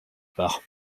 part